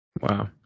Wow